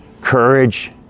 courage